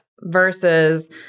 versus